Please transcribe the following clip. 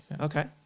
Okay